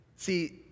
See